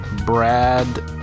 Brad